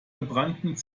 gebrannten